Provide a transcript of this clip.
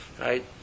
Right